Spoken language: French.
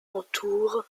entourent